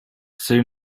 soon